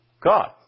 God